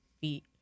feet